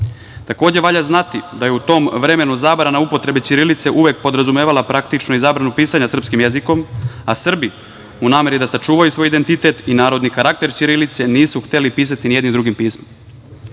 valja znati da je u tom vremenu zabrana upotrebe ćirilice uvek podrazumevala praktično i zabranu pisanja srpskim jezikom, a Srbi u nameri da sačuvaju svoj identitet i narodni karakter ćirilice, nisu hteli pisati nijednim drugim pismom. Druga